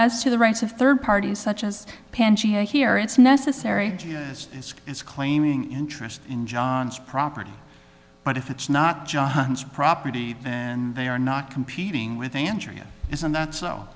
as to the rights of third parties such as pangea here it's necessary as is claiming interest in john's property but if it's not john's property and they are not competing with andrea isn't that so